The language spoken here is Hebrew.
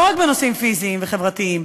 לא רק בנושאים פיזיים וחברתיים,